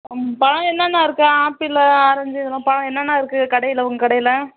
ம் பழம் என்னென்னா இருக்குது ஆப்பிள் ஆரஞ்சு இதெலாம் பழம் என்னான்னா இருக்கு கடையில் உங்க கடையில்